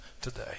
today